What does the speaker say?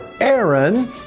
Aaron